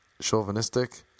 chauvinistic